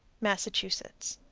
massachusetts.